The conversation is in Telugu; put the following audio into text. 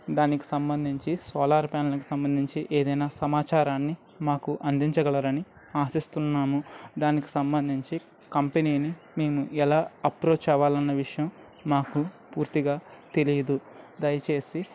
దానికి సంబంధించి సోలార్ ప్యానల్కి సంబంధించి ఏదైనా సమాచారాన్ని మాకు అందించగలరు అని ఆశిస్తున్నాము దానికి సంబంధించి కంపెనీని మేము ఎలా అప్రోచ్ అవ్వాలి అన్న విషయం మాకు పూర్తిగా తెలియదు దయచేసి